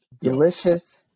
Delicious